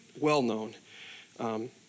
well-known